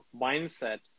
mindset